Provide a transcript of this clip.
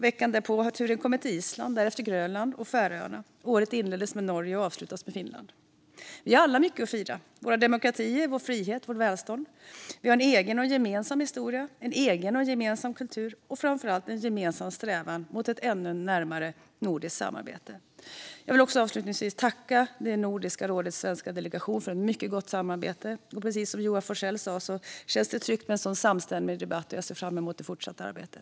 Veckan därpå har turen kommit till Island, därefter Grönland och Färöarna. Året inleds med Norge och avslutas med Finland. Vi har alla mycket att fira: våra demokratier, vår frihet och vårt välstånd. Vi har en egen och gemensam historia, en egen och gemensam kultur och framför allt en gemensam strävan mot ett ännu närmare nordiskt samarbete. Jag vill avsluta med att tacka Nordiska rådets svenska delegation för ett mycket gott samarbete. Precis som Joar Forssell sa känns det tryggt med en sådan samstämmig debatt. Jag ser fram emot det fortsatta arbetet.